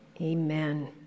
amen